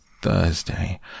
Thursday